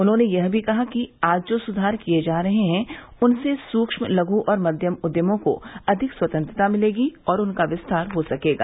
उन्होंने यह भी कहा कि आज जो सुधार किये जा रहे हैं उनसे सूक्ष्म लघ् और मध्यम उद्यमों को अधिक स्वतंत्रता मिलेगी और उनका विस्तार हो सकेगा